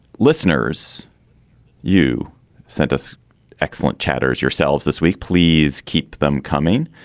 listeners you sent us excellent chatters yourselves this week please keep them coming.